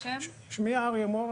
שמי אריה מור,